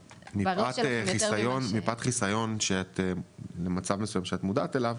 מפאת חיסיון למצב מסוים שאת מודעת אליו,